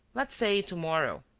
let's say to-morrow.